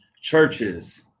Churches